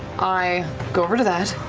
i go over to that.